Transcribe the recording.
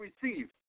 receive